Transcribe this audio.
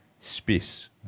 space